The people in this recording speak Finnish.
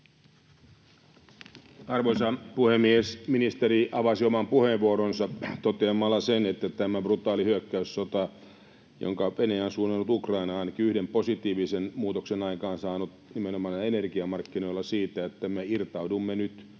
Arvoisa puhemies! Ministeri avasi oman puheenvuoronsa toteamalla sen, että tämä brutaali hyökkäyssota, jonka Venäjä on suunnannut Ukrainaan, on aikaansaanut ainakin yhden positiivisen muutoksen nimenomaan näillä energiamarkkinoilla: sen, että me irtaudumme nyt